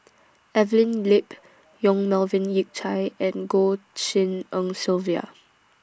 Evelyn Lip Yong Melvin Yik Chye and Goh Tshin En Sylvia